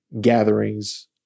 gatherings